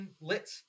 lit